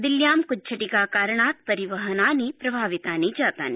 दिल्ल्याम् कुज्झांकि कारणात् परिवहनानि प्रभावितानि जातानि